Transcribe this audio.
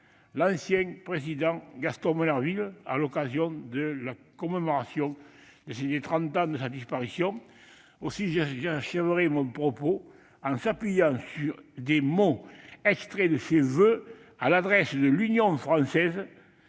ancien président Gaston Monnerville, à l'occasion de la commémoration des trente ans de sa disparition. Aussi, j'achèverai mon intervention en m'appuyant sur des propos extraits de ses voeux à l'adresse de l'Union française,